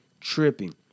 tripping